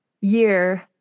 year